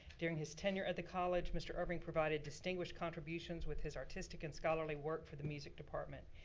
during his tenure at the college, mr. irving provided distinguished contributions with his artistic and scholarly work for the music department.